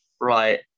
Right